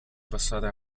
passare